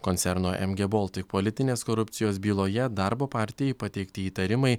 koncerno emgie boltik politinės korupcijos byloje darbo partijai pateikti įtarimai